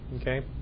Okay